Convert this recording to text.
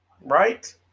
Right